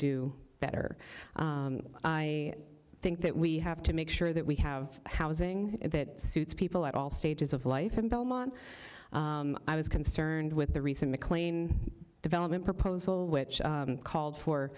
do better i think that we have to make sure that we have housing that suits people at all stages of life and belmont i was concerned with the recent mclane development proposal which called for